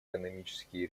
экономические